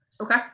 Okay